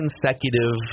consecutive